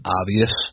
obvious